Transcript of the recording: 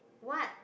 what